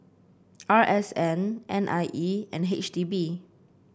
R S N N I E and H D B